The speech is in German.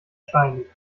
steinig